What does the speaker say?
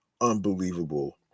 unbelievable